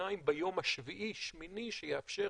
ושתיים ביום השביעי-שמיני שיאפשר,